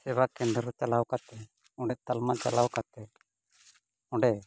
ᱥᱮᱵᱟ ᱠᱮᱱᱫᱨᱚ ᱪᱟᱞᱟᱣ ᱠᱟᱛᱮᱫ ᱚᱸᱰᱮ ᱛᱟᱞᱢᱟ ᱪᱟᱞᱟᱣ ᱠᱟᱛᱮ ᱚᱸᱰᱮ